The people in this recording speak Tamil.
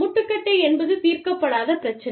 முட்டுக்கட்டை என்பது தீர்க்கப்படாத பிரச்சினை